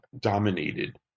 dominated